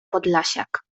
podlasiak